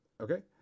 Okay